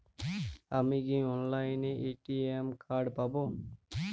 আমি কি অনলাইনে এ.টি.এম কার্ড পাব?